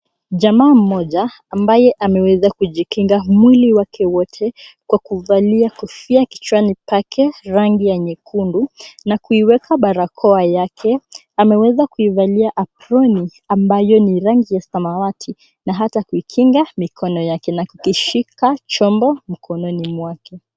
Jamaa mmoja ambaye ameweza kujikinga mwili wake wote kwa kuvalia kofia kichwani pake rangi ya nyekundu na kuiweka barakoa yake ameweza kuivalia aproni ambayo ni rangi ya samawati na hata kuikinga mikono yake na kukishika chombo mkononi mwake.